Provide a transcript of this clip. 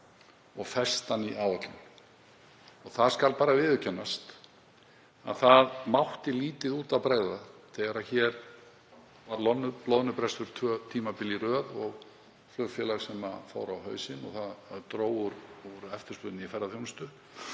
og festan í áætlunum. Það skal bara viðurkennast að það mátti lítið út af bregða þegar hér varð loðnubrestur tvö tímabil í röð og flugfélag fór á hausinn og það dró úr eftirspurn í ferðaþjónustu.